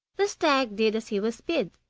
the stag did as he was bid,